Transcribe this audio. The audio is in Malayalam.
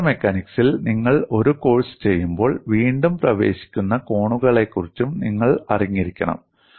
ഫ്രാക്ചർ മെക്കാനിക്സിൽ നിങ്ങൾ ഒരു കോഴ്സ് ചെയ്യുമ്പോൾ വീണ്ടും പ്രവേശിക്കുന്ന കോണുകളെക്കുറിച്ചും നിങ്ങൾ അറിഞ്ഞിരിക്കണം